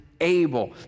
able